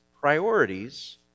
priorities